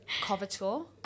CoverTour